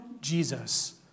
Jesus